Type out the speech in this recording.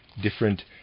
different